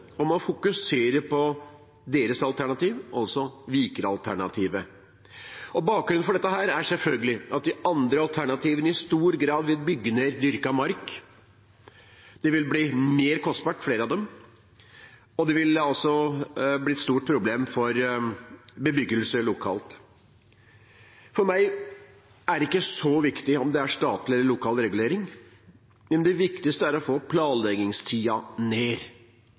om å fokusere på deres alternativ, Vikeralternativet. Bakgrunnen for dette er selvfølgelig at de andre alternativene i stor grad vil innebære å bygge ned dyrket mark, flere av dem vil bli mer kostbare, og det vil bli et stort problem for bebyggelsen lokalt. For meg er det ikke så viktig om det er statlig eller lokal regulering, det viktigste er å få planleggingstiden ned.